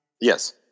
Yes